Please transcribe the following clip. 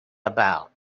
about